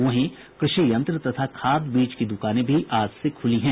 वहीं कृषि यंत्र तथा खाद बीज की दुकानें भी आज से खुली हैं